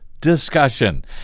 discussion